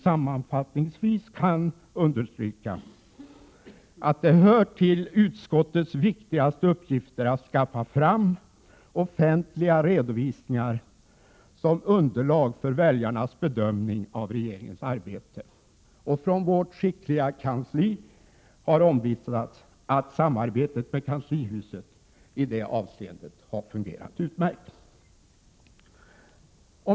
Sammanfattningsvis kan man understryka att det hör till utskottets viktigaste uppgifter att skaffa fram offentliga redovisningar som underlag för väljarnas bedömning av regeringens arbete. Från vårt skickliga kansli har omvittnats att samarbetet med kanslihuset i det avseendet har fungerat utmärkt.